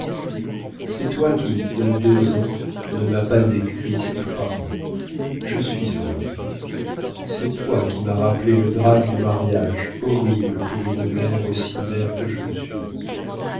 c'est toi qui dans deux ans ne m'as pas écrit ces trois mots je suis heureuse c'est toi qui m'as rappelé le drame du mariage horrible pour une mère aussi mère que je le suis